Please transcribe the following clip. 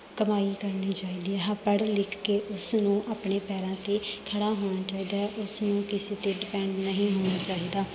ਕਮਾਈ ਕਰਨੀ ਚਾਹੀਦੀ ਹੈ ਪੜ੍ਹ ਲਿਖ ਕੇ ਉਸ ਨੂੰ ਆਪਣੇ ਪੈਰਾਂ 'ਤੇ ਖੜ੍ਹਾ ਹੋਣਾ ਚਾਹੀਦਾ ਹੈ ਉਸ ਨੂੰ ਕਿਸੇ 'ਤੇ ਡਿਪੈਂਡ ਨਹੀਂ ਹੋਣਾ ਚਾਹੀਦਾ